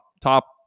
top